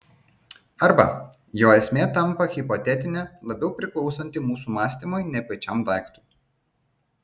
arba jo esmė tampa hipotetinė labiau priklausanti mūsų mąstymui nei pačiam daiktui